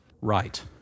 Right